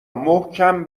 محکم